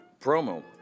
promo